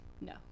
No